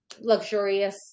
luxurious